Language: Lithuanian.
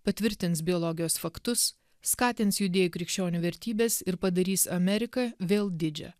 patvirtins biologijos faktus skatins judėjų krikščionių vertybes ir padarys ameriką vėl didžią